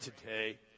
today